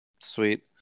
Sweet